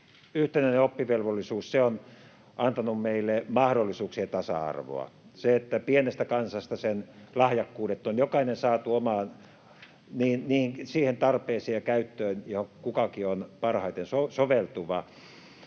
yhteinen oppivelvollisuus on antanut meille mahdollisuuksien tasa-arvoa, se, että pienestä kansasta sen jokaiset lahjakkuudet on saatu siihen tarpeeseen ja käyttöön, johon kukakin on parhaiten soveltuva.